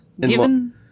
Given